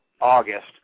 August